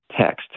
text